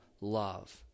love